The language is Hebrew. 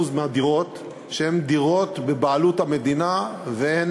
מהדירות שהן דירות בבעלות המדינה והן